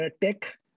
tech